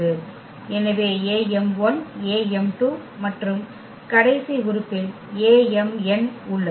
எனவே am1 am2 மற்றும் கடைசி உறுப்பில் amn உள்ளது